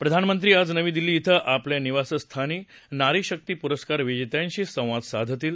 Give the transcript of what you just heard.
प्रधानमंत्री आज नवी दिल्ली इथं आपल्या निवासस्थानी नारी शक्ति पुरस्कार विजेत्यांशी संवाद साधतील